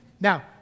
Now